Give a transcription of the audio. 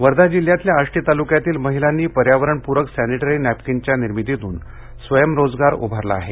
वर्धा वर्धा जिल्ह्यातल्या आष्टी तालुक्यातील महिलांनी पर्यावरण पूरक सॅनिटरी नॅपकिनच्या निर्मितीतून स्वयंरोजगार उभारला आहे